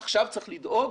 עכשיו צריך לדאוג